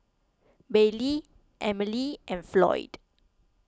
Baylee Emile and Floyd